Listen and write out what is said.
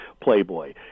Playboy